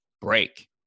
break